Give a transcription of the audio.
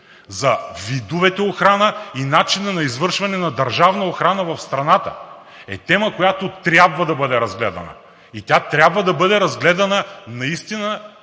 за видовете охрана и начина на извършване на държавна охрана в страната е тема, която трябва да бъде разгледана. И тя трябва да бъде разгледана наистина